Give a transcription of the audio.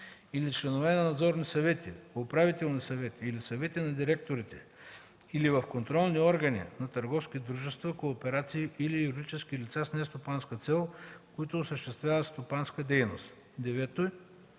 или членове на надзорни съвети, управителни съвети или съвети на директорите или в контролни органи на търговски дружества, кооперации или юридически лица с нестопанска цел, които осъществяват стопанска дейност; 9.